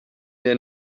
der